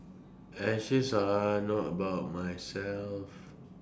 ashes are not about myself